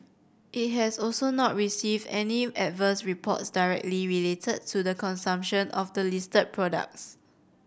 it has also not received any adverse reports directly related to the consumption of the listed products